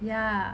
ya